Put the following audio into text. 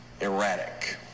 Erratic